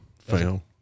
Fail